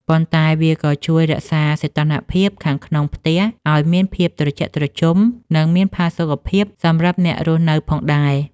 ប៉ុន្តែវាក៏ជួយរក្សាសីតុណ្ហភាពខាងក្នុងផ្ទះឱ្យមានភាពត្រជាក់ត្រជុំ និងមានផាសុកភាពសម្រាប់អ្នករស់នៅផងដែរ។